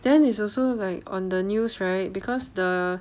then it's also like on the news right because the